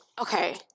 Okay